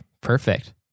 perfect